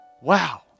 Wow